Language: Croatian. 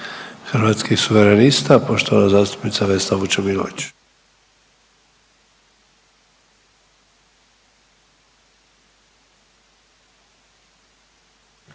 Hrvatskih suverenista, poštovana zastupnica Vesna Vučemilović.